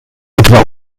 etwa